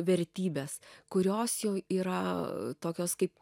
vertybes kurios jau yra tokios kaip